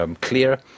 clear